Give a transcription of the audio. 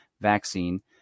vaccine